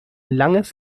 langes